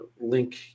link